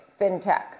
FinTech